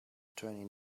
attorney